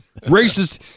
racist